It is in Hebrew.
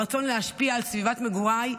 הרצון להשפיע על סביבת מגוריי,